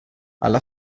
alla